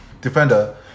defender